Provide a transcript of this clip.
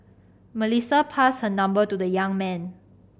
Melissa passed her number to the young man